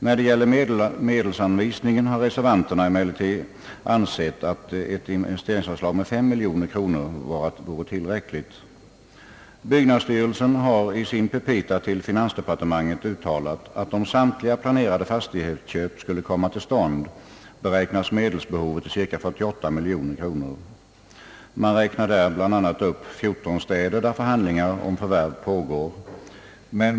När det gäller medelsanvisningen har emellertid reservanterna ansett att ett investeringsanslag på 5 miljoner kronor borde vara tillräckligt. Byggnadsstyrelsen har i sina petita till finansdepartementet uttalat att medelsbehovet om samtliga planerade fastighetsköp skulle komma till stånd beräknas till cirka 48 miljoner kronor. Man räknar där upp bl.a. 14 städer, där förhandlingar om förvärv pågår.